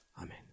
Amen